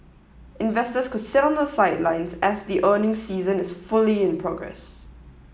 investors could sit on the sidelines as the earnings season is fully in progress